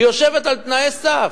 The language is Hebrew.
היא יושבת על תנאי סף.